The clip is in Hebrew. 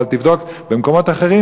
אבל תבדוק במקומות אחרים,